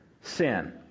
sin